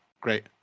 Great